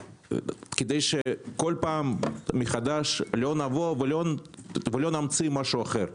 כדי שכל פעם מחדש לא נבוא ולא נמציא משהו אחר.